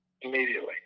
immediately